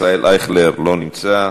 ישראל אייכלר, לא נמצא.